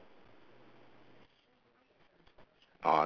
orh